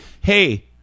Hey